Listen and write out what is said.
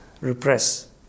repress